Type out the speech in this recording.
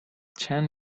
ten